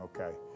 okay